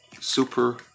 super